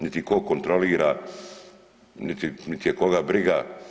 Niti ih tko kontrolira, niti je koga briga.